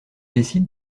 décide